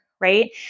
Right